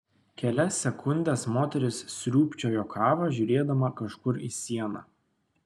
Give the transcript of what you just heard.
kelias sekundes moteris sriūbčiojo kavą žiūrėdama kažkur į sieną